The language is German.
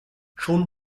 schon